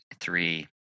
three